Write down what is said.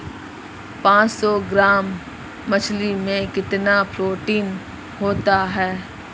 पांच सौ ग्राम मछली में कितना प्रोटीन होता है?